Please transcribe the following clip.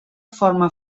forma